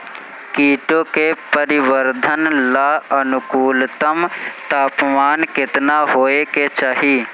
कीटो के परिवरर्धन ला अनुकूलतम तापमान केतना होए के चाही?